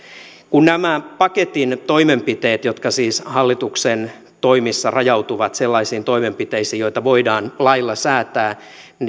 kun nämä paketin toimenpiteet jotka siis hallituksen toimissa rajautuvat sellaisiin toimenpiteisiin joita voidaan lailla säätää